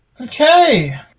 Okay